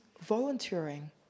volunteering